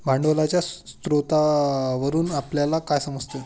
भांडवलाच्या स्रोतावरून आपल्याला काय समजते?